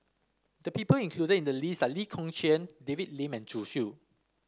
the people included in the list are Lee Kong Chian David Lim and Zhu Xu